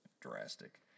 drastic